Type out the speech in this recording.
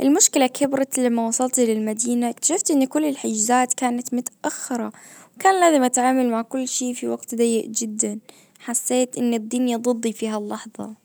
المشكلة كبرت لما وصلت للمدينة اكتشفت ان كل الحجازات كانت متأخرة. وكان لازم اتعامل مع كل شيء في وقت ضيق جدا. حسيت ان الدنيا ضدي في هاللحظة